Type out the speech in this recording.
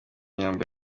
byumba